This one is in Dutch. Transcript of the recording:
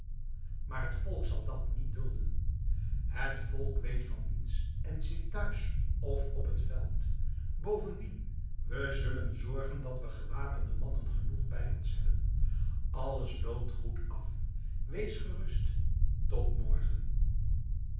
maar het volk zal dat niet dulden het volk weet van niets en zit thuis of op het veld bovendien we zullen zorgen dat we gewapende mannen genoeg bij ons hebben alles loopt goed af wees gerust tot morgen